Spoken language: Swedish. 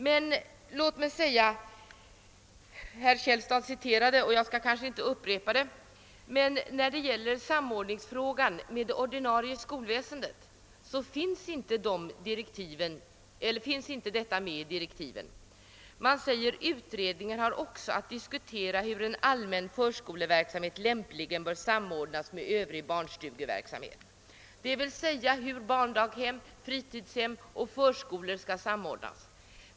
Herr Källstad anförde citat, och jag skall inte göra någon upprepning. När det gäller frågan om sam ordning med det ordinarie skolväsendet finns det inte något sagt i direktiven. Det heter där att utredningen också har att diskutera hur en allmän förskoleverksamhet lämpligen bör samordnas med övrig barnstugeverksamhet — d.v.s. hur barndaghem, fritidshem och förskolor skall samordnas.